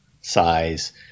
size